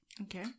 Okay